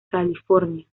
california